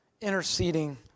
interceding